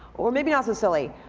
well maybe not so silly.